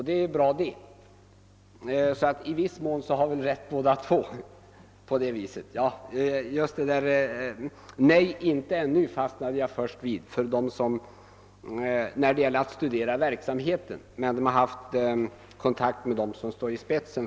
Det är bra, vi har alltså i viss mån rätt båda två.